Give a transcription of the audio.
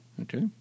Okay